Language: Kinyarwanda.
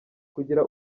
kugira